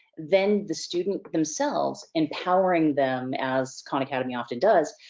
then the student themselves empowering them, as khan academy often does,